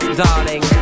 darling